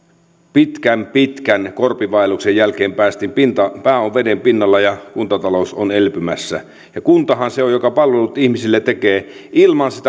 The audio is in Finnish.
pitkän pitkän korpivaelluksen jälkeen päästiin pintaan pää on veden pinnalla ja kuntatalous on elpymässä ja kuntahan se on joka palvelut ihmisille tekee ilman